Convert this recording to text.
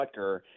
Butker